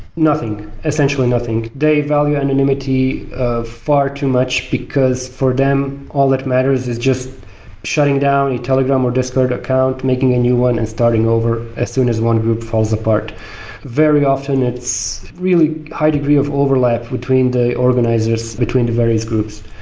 nothing. essentially nothing. they value anonymity far too much, because for them, all that matters is just shutting down a telegram or discord account, making a new one and starting over as soon as one group falls apart very often, it's really high degree of overlap between the organizers between the various groups.